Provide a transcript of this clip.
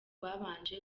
babanje